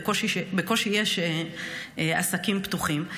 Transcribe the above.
ובקושי יש עסקים פתוחים,